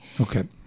Okay